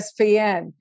ESPN